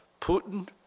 Putin